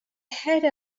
head